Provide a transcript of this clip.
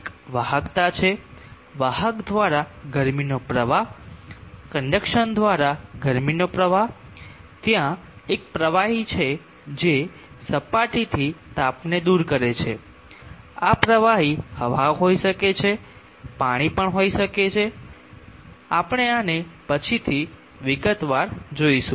એક વાહકતા છે વાહક દ્વારા ગરમીનો પ્રવાહ કંડકશન દ્વારા ગરમીનો પ્રવાહ ત્યાં એક પ્રવાહી છે જે સપાટીથી તાપને દૂર કરે છે આ પ્રવાહી હવા હોઈ શકે છે તે પાણી હોઈ શકે છે આપણે આને પછીથી વિગતવાર જોશું